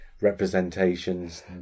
representations